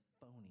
phony